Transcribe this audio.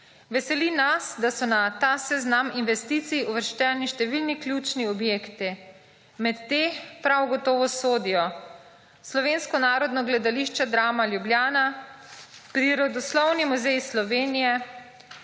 Veseli nas, da so na ta seznam investicij uvrščeni številni ključni objekti, med tem prav gotovo sodijo: Slovensko narodno gledališče, Drama Ljubljana, Prirodoslovni muzej Slovenije,